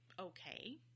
okay